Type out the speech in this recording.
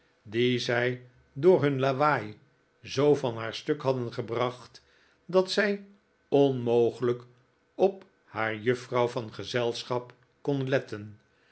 die zij door hun lawaai zoo van haar stuk hadden gebracht dat zij onmogelijk op haar juffrouw van gezelschap kon letten